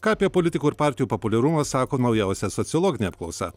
ką apie politikų ir partijų populiarumą sako naujausia sociologinė apklausa